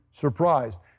surprised